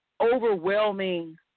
overwhelming